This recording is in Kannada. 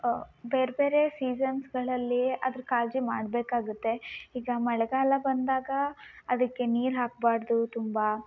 ಅ ಬೇರೆ ಬೇರೆ ಸೀಸನ್ಸ್ಗಳಲ್ಲಿ ಅದ್ರ ಕಾಳಜಿ ಮಾಡ್ಬೇಕಾಗುತ್ತೆ ಈಗ ಮಳೆಗಾಲ ಬಂದಾಗ ಅದಕ್ಕೆ ನೀರು ಹಾಕ್ಬಾರದು ತುಂಬ